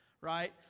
Right